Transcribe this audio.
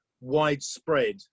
widespread